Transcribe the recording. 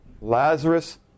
Lazarus